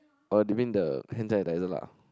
oh do you mean the hand sanitizer lah